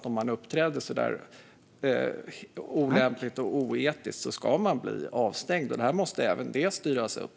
Om man uppträder olämpligt och oetiskt ska man bli avstängd. Även detta måste styras upp.